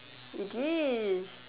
it is